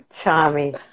Tommy